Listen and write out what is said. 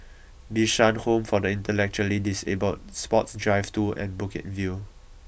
Bishan Home for the Intellectually Disabled Sports Drive two and Bukit View